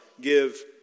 give